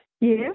Yes